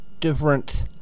different